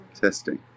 Testing